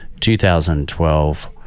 2012